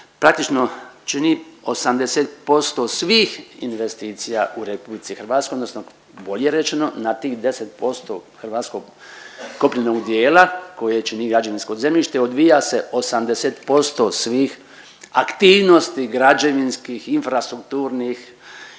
praktično čini 80% svih investicija u Republici Hrvatskoj, odnosno bolje rečeno na tih 10% hrvatskog kopnenog dijela koje čini građevinsko zemljište odvija se 80% svih aktivnosti građevinskih, infrastrukturnih